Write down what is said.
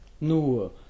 nur